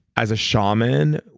as a shaman,